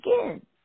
again